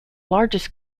largest